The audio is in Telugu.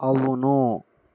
అవును